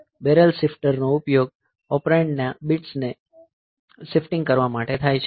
barrel શિફ્ટરનો ઉપયોગ operand ના બિટ્સને શીફટીંગ કરવા માટે થાય છે